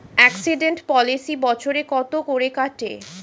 Accident policy বছরে কত করে কাটে?